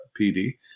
PD